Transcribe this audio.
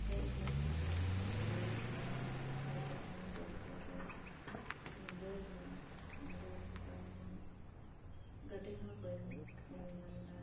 ᱦᱮᱡ ᱦᱮᱡ ᱛᱮᱜᱮ ᱟᱹᱭᱩᱵ ᱮᱱᱟ ᱯᱷᱮᱰ ᱮᱱᱟᱹᱧ ᱵᱳᱞᱯᱩᱨ ᱨᱮ ᱧᱤᱫᱟᱹᱭᱮᱱᱟ ᱧᱤᱫᱟᱹ ᱪᱟᱵᱟᱭᱮᱱᱟ ᱜᱟᱹᱰᱤ ᱦᱚᱸ ᱵᱟᱹᱧ ᱧᱮᱞ ᱧᱟᱢ ᱮᱫᱟ